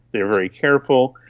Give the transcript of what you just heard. they are very careful,